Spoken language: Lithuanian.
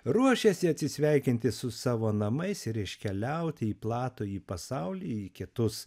ruošėsi atsisveikinti su savo namais ir iškeliauti į platųjį pasaulį į kitus